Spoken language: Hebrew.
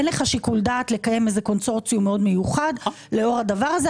אין לך שיקול דעת לקיים איזה קונסורציום מאוד מיוחד לאור הדבר הזה.